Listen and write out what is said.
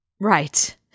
Right